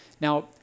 Now